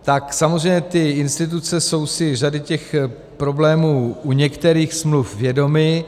Tak samozřejmě ty instituce jsou si řady těch problémů u některých smluv vědomy.